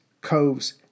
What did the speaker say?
coves